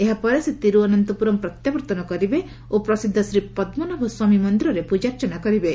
ଏହା ପରେ ସେ ତିରୁଅନନ୍ତପୁରମ୍ ପ୍ରତ୍ୟାବର୍ତ୍ତନ କରିବେ ଓ ପ୍ରସିଦ୍ଧ ଶ୍ରୀ ପଦ୍କନାଭ ସ୍ୱାମୀ ମନ୍ଦିରରେ ପୂଜାର୍ଚ୍ଚନା କରିବେ